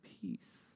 peace